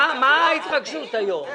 אני מבקש מהיועצת המשפטית, על